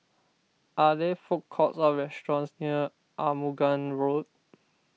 are there food courts or restaurants near Arumugam Road